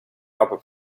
rubber